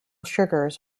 sugars